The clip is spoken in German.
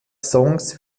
songs